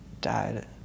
died